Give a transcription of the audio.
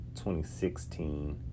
2016